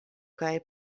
kaj